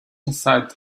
inside